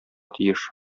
тиеш